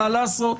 מה לעשות,